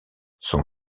son